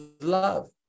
love